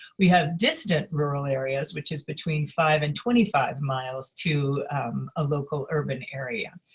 we have distant rural areas which is between five and twenty five miles to a local urban area,